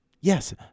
Yes